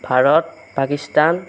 Bharat Pakistan